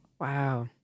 Wow